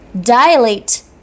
dilate